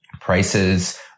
prices